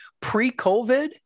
pre-covid